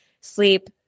sleep